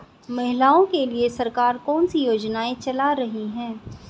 महिलाओं के लिए सरकार कौन सी योजनाएं चला रही है?